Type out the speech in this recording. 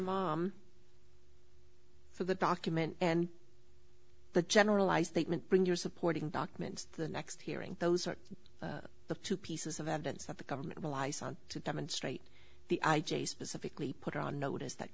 just for the document and the generalized statement bring your supporting documents the next hearing those are the two pieces of evidence that the government to demonstrate the specifically put her on notice that